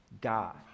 God